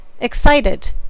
Excited